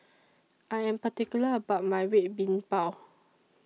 I Am particular about My Red Bean Bao